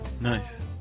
Nice